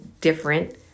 different